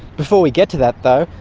before we get to that though,